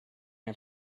ran